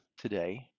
today